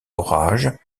orage